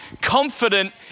confident